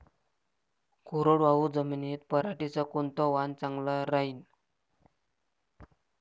कोरडवाहू जमीनीत पऱ्हाटीचं कोनतं वान चांगलं रायीन?